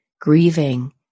grieving